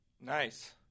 Nice